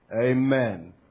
Amen